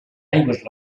aigües